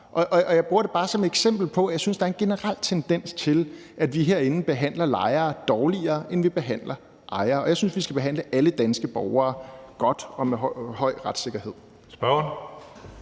Jeg bruger det bare som et eksempel på, at jeg synes, der er en generel tendens til, at vi herinde behandler lejere dårligere, end vi behandler ejere, og jeg synes, vi skal behandle alle danske borgere godt og med høj retssikkerhed. Kl.